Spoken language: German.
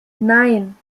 nein